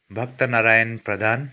भक्त नारायण प्रधान